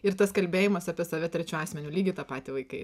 ir tas kalbėjimas apie save trečiu asmeniu lygiai tą patį vaikai